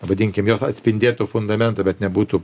pavadinkim jos atspindėtų fundamentą bet nebūtų